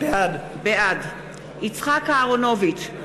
בעד יצחק אהרונוביץ,